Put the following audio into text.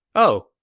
oh,